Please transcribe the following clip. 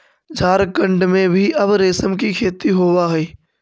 झारखण्ड में भी अब रेशम के खेती होवऽ हइ